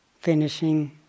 Finishing